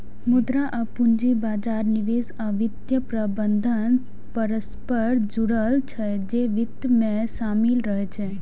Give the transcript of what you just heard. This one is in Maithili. मुद्रा आ पूंजी बाजार, निवेश आ वित्तीय प्रबंधन परस्पर जुड़ल छै, जे वित्त मे शामिल रहै छै